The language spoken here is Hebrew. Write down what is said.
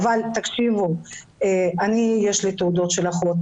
תקשיבו, יש לי תעודות של אחות.